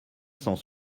cent